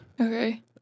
Okay